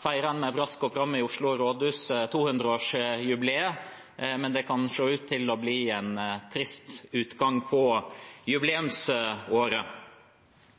feiret en 200-årsjubileet med brask og bram i Oslo rådhus, men det kan se ut til å bli en trist utgang på jubileumsåret.